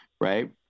right